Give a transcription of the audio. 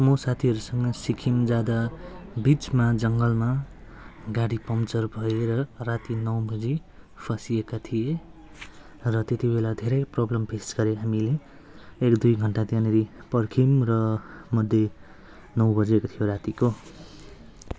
म साथीहरूसँग सिक्किम जाँदा बिचमा जङ्गलमा गाडी पङ्कचर भएर राति नौ बजी फसिएको थिएँ र त्यति बेला धेरै प्रब्लम फेस गरेँ हामीले एक दुई घण्टा त्यहाँनेरि पर्ख्यौँ र मध्ये नौ बजेको थियो रातिको